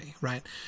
right